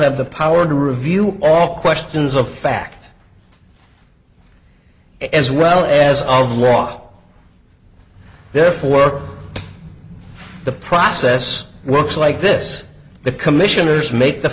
have the power to review all questions of fact as well as of law therefore the process works like this the commissioners make the